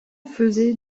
faisait